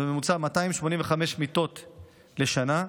בממוצע זה 285 מיטות בשנה.